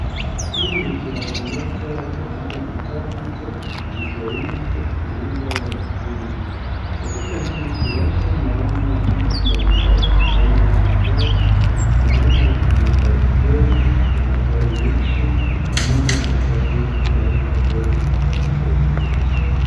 Hii ni ukurasa moja katika kitabu cha kiswahili cha kufundisha wanafunzi. Katika hii ukurasa naona vitu mbalimbali, aina ya magari, naona kuna baiskeli, kuna gari moshi pamoja na gari inaitwa lori katika hii ukurasa.